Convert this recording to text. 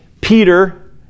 Peter